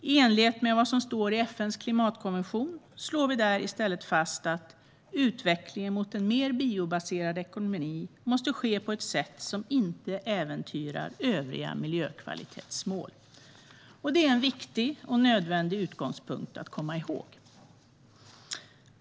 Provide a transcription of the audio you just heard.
I enlighet med vad som står i FN:s klimatkonvention slår vi i stället fast att "utvecklingen mot en mer biobaserad ekonomi måste ske på ett sätt som inte äventyrar övriga miljökvalitetsmål". Det är en viktig och nödvändig utgångspunkt att komma ihåg.